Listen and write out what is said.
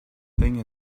thing